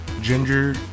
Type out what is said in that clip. ginger